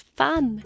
fun